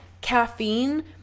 caffeine